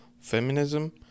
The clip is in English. feminism